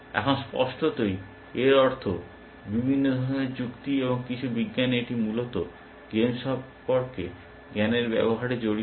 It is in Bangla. এখন স্পষ্টতই এর অর্থ বিভিন্ন ধরণের যুক্তি এবং কিছু বিজ্ঞানে এটি মূলত গেম সম্পর্কে জ্ঞানের ব্যবহার জড়িত